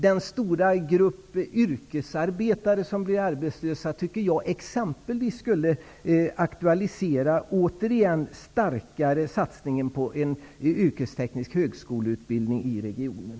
Den stora grupp yrkesarbetare som blir arbetslösa borde starkare aktualisera satsningen på en yrkesteknisk högskoleutbildning i regionen.